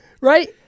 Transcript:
right